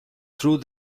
through